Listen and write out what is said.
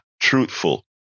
Truthful